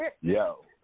Yo